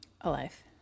alive